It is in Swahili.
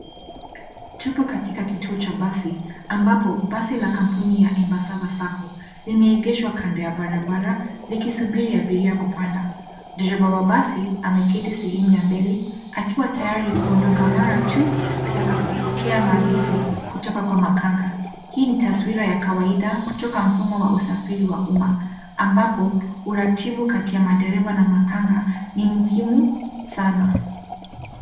Tuko katika kituo cha basi ambapo basi la kampuni ya Embassava Sacco limeegeshwa kando ya barabara likisubiri abiria kupanda basi. Dereva wa basi ameketi sehemu ya mbele akiwa tayari kuondoka mara tu atakapopokea maagizo kutoka kwa makanga. Hii ni taswira ya kawaida kutoka mfumo wa usafiri wa umma ambapo uratibu kati ya dereva na makanga ni muhimu sana.